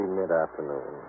mid-afternoon